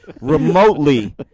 remotely